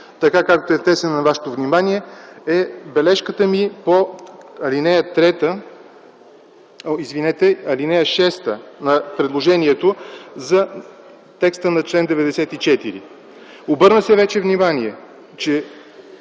текст, както е внесен на вашето внимание, е бележката ми по ал. 6 на предложението за текста на чл. 94. Вече се обърна внимание, че